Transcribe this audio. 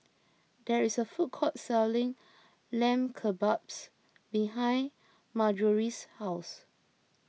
there is a food court selling Lamb Kebabs behind Marjorie's house